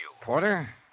Porter